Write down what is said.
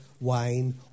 wine